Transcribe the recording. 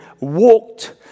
walked